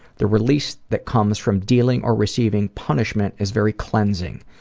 the release that comes from dealing or receiving punishment is very cleansing.